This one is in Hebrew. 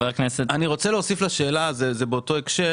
אני רוצה להוסיף לשאלה וזה באותו הקשר.